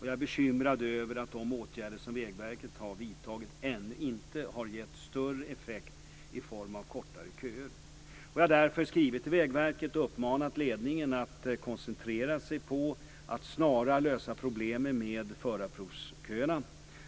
Jag är bekymrad över att de åtgärder som Vägverket har vidtagit ännu inte har gett större effekt i form av kortare köer. Jag har därför skrivit till Vägverket och uppmanat ledningen att koncentrera sig på att snarast lösa problemen med förarprovsköerna.